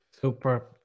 Super